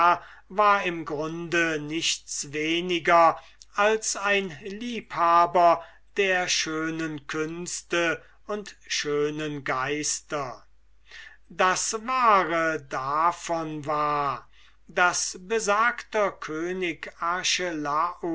war im grunde nichts weniger als ein liebhaber der schönen künste und schönen geister das wahre davon war daß besagter könig